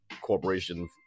corporation